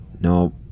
no